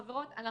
חברות,